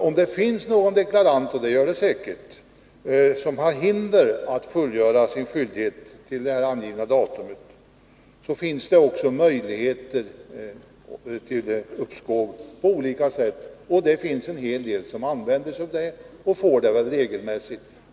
Om det — och det gör det säkert — finns deklaranter som är förhindrade att fullgöra sin deklarationsskyldighet till angivet datum, har vederbörande möjligheter att få uppskov. En hel del människor använder sig också av den möjligheten och får regelmässigt sin ansökan beviljad.